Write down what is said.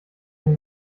den